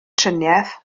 triniaeth